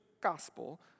gospel